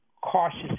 cautious